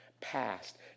past